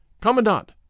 Commandant